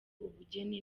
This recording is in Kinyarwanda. ubugeni